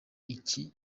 iki